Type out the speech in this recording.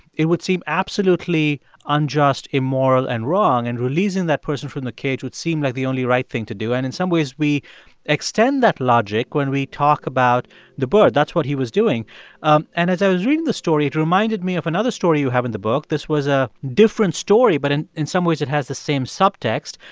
it would seem absolutely unjust, immoral and wrong. and releasing that person from the cage would seem like the only right thing to do. and in some ways, we extend that logic when we talk about the bird. that's what he was doing um and as i was reading the story, it reminded me of another story you have in the book. this was a different story but, in in some ways, it has the same subtext.